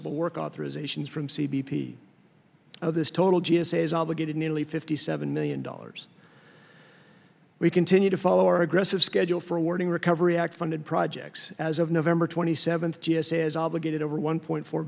e work authorizations from c b p this total g s a is obligated nearly fifty seven million dollars we continue to follow our aggressive schedule for awarding recovery act funded projects as of november twenty seventh g s a is obligated over one point four